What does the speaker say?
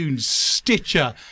Stitcher